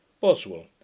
Boswell